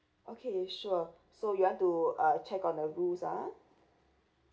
okay sure so you want to uh check on the rules ah